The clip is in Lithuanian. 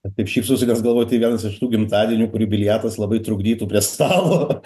taip šypsausi nes galvoju tai vienas iš tų gimtadienių kur jubiliatas labai trukdytų prie stalo